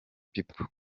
people